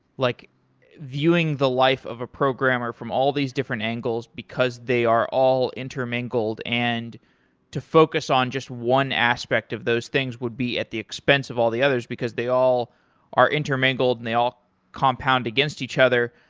like viewing the life of a programmer from all these different angles because they are all intermingled and to focus on just one aspect of those things would be at the expense of all the others because they all are intermingled and they all compound against each other.